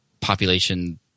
population